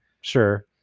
Sure